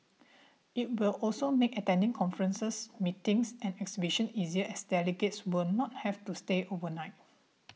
it will also make attending conferences meetings and exhibitions easier as delegates will not have to stay overnight